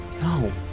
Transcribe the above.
No